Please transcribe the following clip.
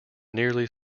nearly